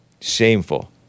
Shameful